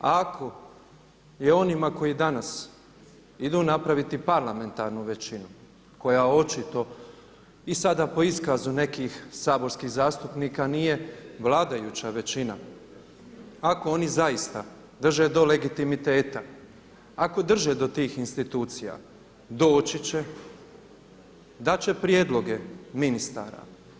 Ako je onima koji danas idu napraviti parlamentarnu većinu koja očito i sada po iskazu nekih saborskih zastupnika nije vladajuća većina, ako oni zaista drže do legitimiteta, ako drže do tih institucija, doći će, dat će prijedloge ministara.